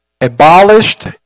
abolished